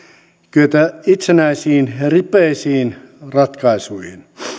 kyetä itsenäisiin ripeisiin ratkaisuihin